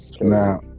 now